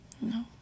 No